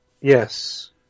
Yes